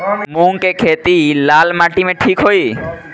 मूंग के खेती लाल माटी मे ठिक होई?